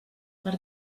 per